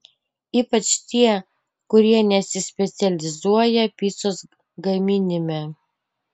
ypač tie kurie nesispecializuoja picos gaminime